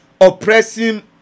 oppressing